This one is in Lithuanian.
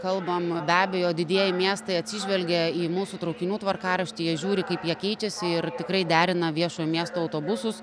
kalbam be abejo didieji miestai atsižvelgė į mūsų traukinių tvarkaraštį jie žiūri kaip jie keičiasi ir tikrai derina viešojo miesto autobusus